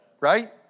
Right